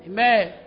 Amen